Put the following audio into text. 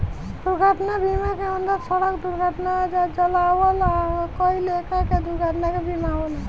दुर्घटना बीमा के अंदर सड़क दुर्घटना आ जलावल आ कई लेखा के दुर्घटना के बीमा होला